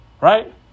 right